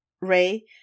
Ray